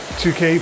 2k